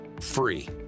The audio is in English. free